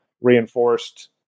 reinforced